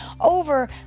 over